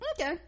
Okay